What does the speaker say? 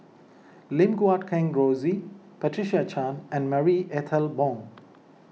Lim Guat Kheng Rosie Patricia Chan and Marie Ethel Bong